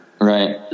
Right